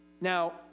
Now